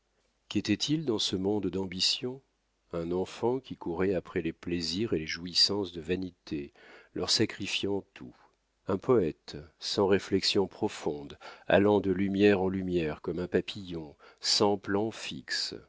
qu'était-il dans ce monde d'ambitions un enfant qui courait après les plaisirs et les jouissances de vanité leur sacrifiant tout un poète sans réflexion profonde allant de lumière en lumière comme un papillon sans plan fixe